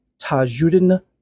Tajuddin